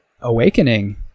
awakening